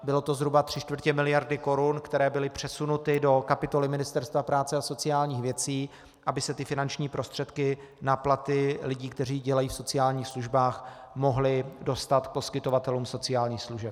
Bylo to zhruba tři čtvrtě miliardy korun, které byly přesunuty do kapitoly Ministerstva práce a sociálních věcí, aby se finanční prostředky na platy lidí, kteří dělají v sociálních službách, mohly dostat k poskytovatelům sociálních služeb.